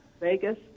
Vegas